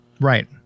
right